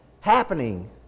happening